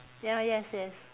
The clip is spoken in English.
ya yes yes